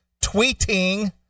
tweeting